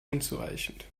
unzureichend